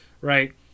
right